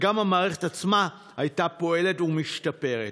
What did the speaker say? וגם המערכת עצמה הייתה פועלת ומשתפרת.